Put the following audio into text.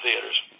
theaters